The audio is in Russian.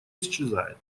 исчезает